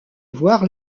voir